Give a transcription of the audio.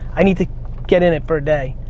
i mean to get in it for a day.